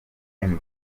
time